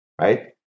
right